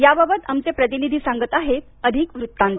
याबाबत आमचे प्रतिनिधी सांगत आहेत अधिक वृत्तांत